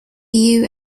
you